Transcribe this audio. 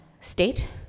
state